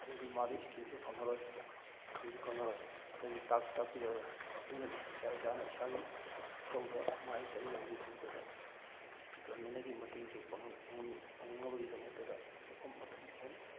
ꯑꯗꯨꯑꯣꯏꯗꯤ ꯃꯥꯗꯤ ꯏꯁꯀꯤꯝꯁꯨ ꯐꯪꯉꯔꯣꯏ ꯈꯪꯁꯨ ꯈꯪꯉꯔꯣꯏ ꯑꯗꯒꯤ ꯇꯥꯛꯁꯨ ꯇꯥꯛꯄꯤꯔꯔꯣꯏ ꯑꯗꯨꯅꯗꯤ ꯏꯁꯥ ꯏꯁꯥꯅ ꯏꯁꯥꯒꯤ ꯏꯊꯧꯗ ꯃꯥꯏ ꯆꯪꯅꯕꯒꯤꯗꯃꯛꯇꯗ ꯒꯔꯃꯦꯟꯗꯒꯤ ꯃꯇꯦꯡꯁꯨ ꯄꯥꯡꯅꯕꯒꯤꯗꯃꯛꯇꯗ ꯃꯐꯝ ꯃꯇꯝ